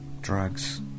drugs